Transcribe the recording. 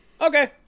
Okay